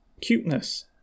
cuteness